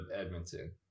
Edmonton